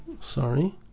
Sorry